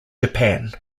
japan